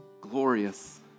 glorious